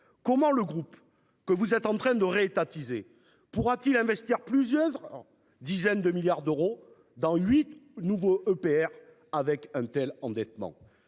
Comment le groupe que vous êtes en train de ré-étatiser pourra-t-il investir plusieurs dizaines de milliards d'euros dans 8 nouveaux EPR avec un tel endettement,